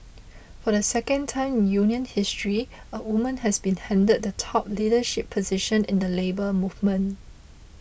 for the second time in union history a woman has been handed the top leadership position in the Labour Movement